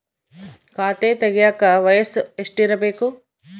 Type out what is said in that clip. ಖಾತೆ ತೆಗೆಯಕ ವಯಸ್ಸು ಎಷ್ಟಿರಬೇಕು?